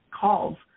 calls